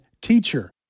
Teacher